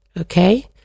Okay